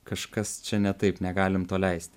kažkas čia ne taip negalim to leisti